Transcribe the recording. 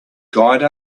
guide